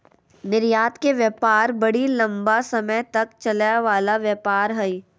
निर्यात के व्यापार बड़ी लम्बा समय तक चलय वला व्यापार हइ